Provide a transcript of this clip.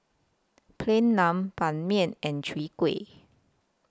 Plain Naan Ban Mian and Chwee Kueh